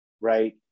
right